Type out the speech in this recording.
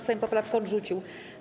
Sejm poprawkę odrzucił.